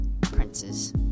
princes